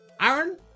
Aaron